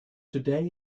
today